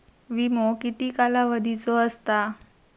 विमो किती कालावधीचो असता?